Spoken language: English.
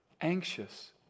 anxious